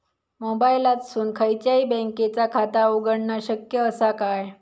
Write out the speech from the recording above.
मोबाईलातसून खयच्याई बँकेचा खाता उघडणा शक्य असा काय?